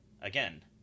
Again